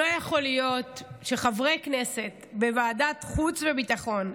לא יכול להיות שחברי כנסת בוועדת חוץ וביטחון,